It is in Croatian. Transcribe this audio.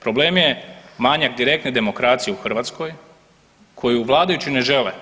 Problem je manjak direktne demokracije u Hrvatskoj koju vladajući ne žele.